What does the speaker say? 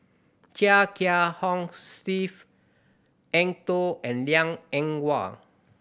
Chia Kiah Hong Steve Eng Tow and Liang Eng Hwa